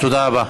תודה רבה.